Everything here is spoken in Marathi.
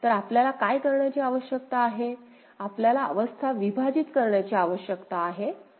तर आपल्याला काय करण्याची आवश्यकता आहे आपल्याला अवस्था विभाजित करण्याची आवश्यकता आहे